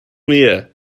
mir